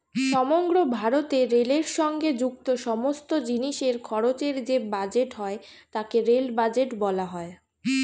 সমগ্র ভারতে রেলের সঙ্গে যুক্ত সমস্ত জিনিসের খরচের যে বাজেট হয় তাকে রেল বাজেট বলা হয়